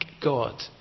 God